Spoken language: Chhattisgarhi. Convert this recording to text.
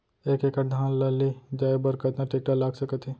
एक एकड़ धान ल ले जाये बर कतना टेकटर लाग सकत हे?